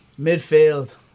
Midfield